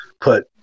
put